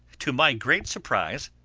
to my great surprise,